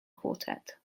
quartet